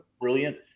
brilliant